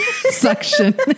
suction